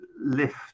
lift